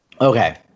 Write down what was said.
Okay